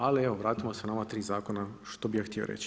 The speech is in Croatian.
Ali evo, vratimo se na ova tri zakona što bih ja htio reći.